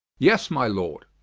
yes, my lord